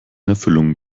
erfüllung